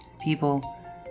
people